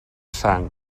sang